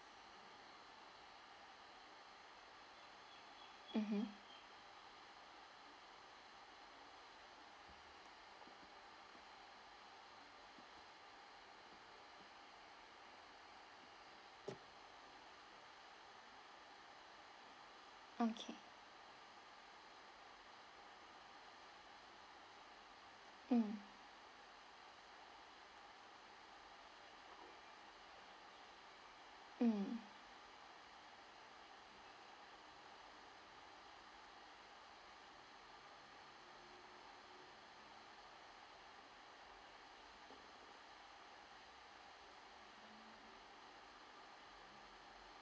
mmhmm okay mm mm